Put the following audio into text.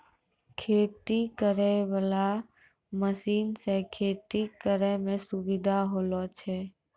खेती करै वाला मशीन से खेती करै मे सुबिधा होलो छै